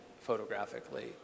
photographically